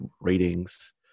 ratings